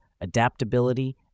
adaptability